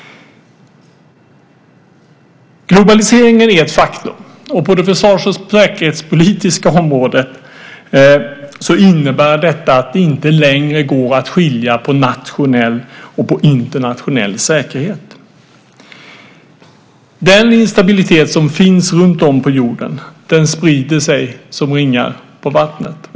Globaliseringen är ett faktum. På det försvars och säkerhetspolitiska området innebär detta att det inte längre går att skilja på nationell och internationell säkerhet. Den instabilitet som finns runtom på jorden sprider sig som ringar på vattnet.